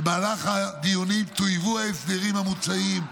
במהלך הדיונים טויבו ההסדרים המוצעים,